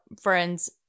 friends